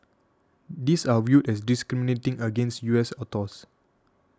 these are viewed as discriminating against U S autos